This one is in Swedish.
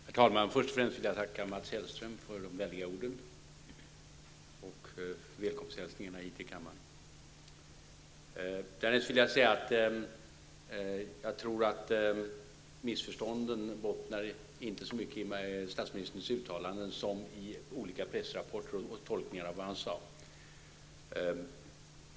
Herr talman! Först och främst vill jag tacka Mats Hellström för de vänliga orden och hans välkomsthälsning. Jag tror att missförstånden bottnar inte så mycket i statsministerns uttalanden som i olika pressrapporter och tolkningar av vad han sade.